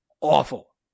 awful